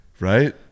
Right